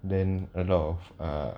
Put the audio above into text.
then a lot of uh